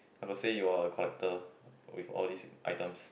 have a say you are a collector with all this items